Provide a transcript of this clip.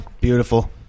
Beautiful